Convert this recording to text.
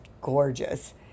gorgeous